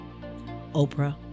Oprah